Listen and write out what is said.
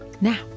now